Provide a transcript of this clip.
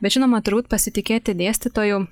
bet žinoma turbūt pasitikėti dėstytoju